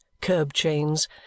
curb-chains